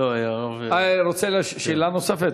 שאלה נוספת?